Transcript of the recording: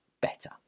better